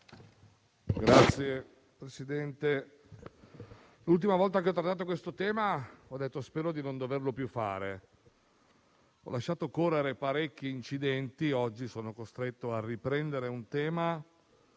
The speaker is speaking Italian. Signor Presidente, l'ultima volta che ho trattato questo tema ho detto che speravo di non doverlo più fare; ho lasciato correre parecchi incidenti, ma oggi sono costretto a riprendere un tema